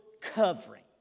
covering